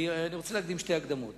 אני רוצה להקדים שתי הקדמות.